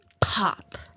Pop